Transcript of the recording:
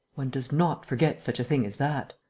one does not forget such a thing as that.